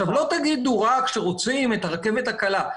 לא תגידו רק שרוצים את הרכבת הקלה.